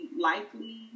likely